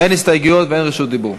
אין הסתייגויות ואין רשות דיבור.